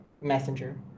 Messenger